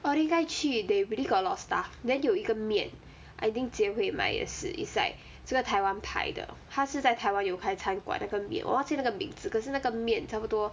orh 你应该去 they really got a lot of stuff then 有一个面 I think jie hui 买也是 it's like 这个台湾牌的它是在台湾有开餐馆那个面我忘记那个名字可是那个面差不多